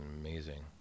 amazing